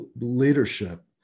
leadership